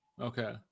Okay